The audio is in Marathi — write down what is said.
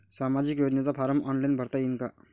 सामाजिक योजनेचा फारम ऑनलाईन भरता येईन का?